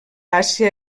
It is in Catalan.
àsia